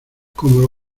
como